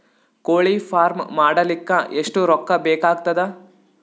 ಕೋಳಿ ಫಾರ್ಮ್ ಮಾಡಲಿಕ್ಕ ಎಷ್ಟು ರೊಕ್ಕಾ ಬೇಕಾಗತದ?